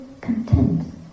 content